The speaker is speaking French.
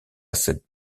cette